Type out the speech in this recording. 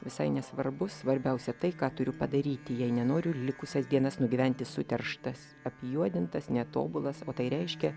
visai nesvarbu svarbiausia tai ką turiu padaryti jei nenoriu likusias dienas nugyventi suterštas apjuodintas netobulas o tai reiškia